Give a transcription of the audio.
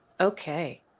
Okay